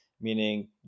meaning